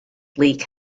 bleak